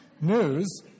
news